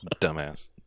Dumbass